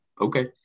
Okay